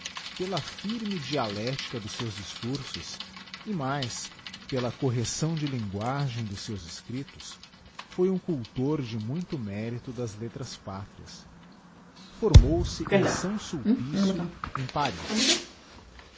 pela firme dialetica dos seus discursos e mais pela correcção de linguagem dos seus escríptos foi um cultor de muito mérito das letras pátrias formouse em s sulpicio em paris